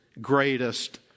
greatest